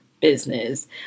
business